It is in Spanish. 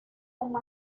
como